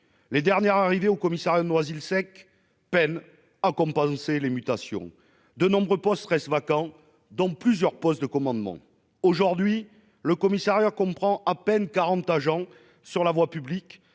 de fonctionnaires au commissariat de Noisy-le-Sec peinent à compenser les mutations. De nombreux postes restent vacants, dont plusieurs de commandement. Aujourd'hui, le commissariat peut envoyer à peine 40 agents sur la voie publique,